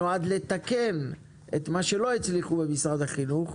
שנועד לתקן את מה שלא הצליחו במשרד החינוך,